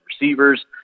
receivers